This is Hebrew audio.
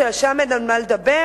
ששם אין על מה לדבר,